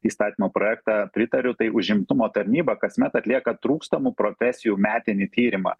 įstatymo projektą pritariu tai užimtumo tarnyba kasmet atlieka trūkstamų profesijų metinį tyrimą